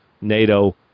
NATO